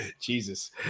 Jesus